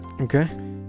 Okay